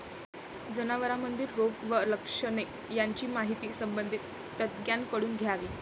जनावरांमधील रोग व लक्षणे यांची माहिती संबंधित तज्ज्ञांकडून घ्यावी